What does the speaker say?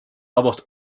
almost